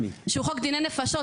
שהוא חוק דיני נפשות,